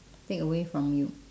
take away from you